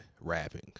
rapping